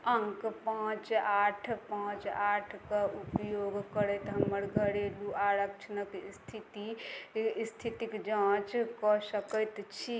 अङ्क पाँच आठ पाँच आठके उपयोग करैत हमर घरेलू आरक्षणक इस्थिति इस्थितिके जाँच कऽ सकै छी